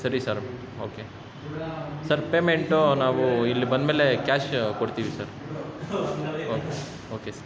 ಸರಿ sir okay sir payment ನಾವು ಇಲ್ಲಿ ಬಂದಮೇಲೆ ಕ್ಯಾಶ ಕೊಡ್ತೀವಿ ಸರ್ ಓಕೆ ಓಕೆ ಸರ್